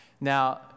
Now